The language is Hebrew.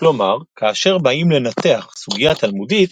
כלומר כאשר באים לנתח סוגיה תלמודית,